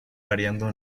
variando